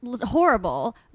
horrible